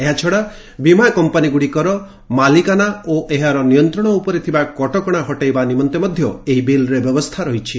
ଏହାଛଡ଼ା ବୀମା କମ୍ପାନିଗୁଡ଼ିକର ମାଲିକାନା ଓ ଏହାର ନିୟନ୍ତ୍ରଣ ଉପରେ ଥିବା କଟକଣା ହଟେଇବା ନିମନ୍ତେ ମଧ୍ୟ ଏହି ବିଲ୍ରେ ବ୍ୟବସ୍ଥା ରହିଛି